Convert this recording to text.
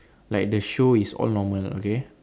like the show is all normal okay